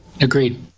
Agreed